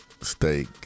steak